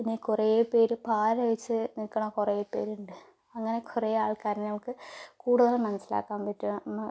പിന്നെ കുറേ പേര് പാര വെച്ച് നിൽക്കണ കുറേ പേരുണ്ട് അങ്ങനെ കുറേ ആൾക്കാർ ഞങ്ങൾക്ക് കൂടുതലും മനസ്സിലാക്കാൻ പറ്റുന്ന